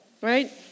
right